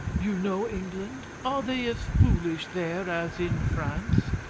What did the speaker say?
you know england? are they as foolish there as in france?